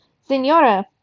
Signora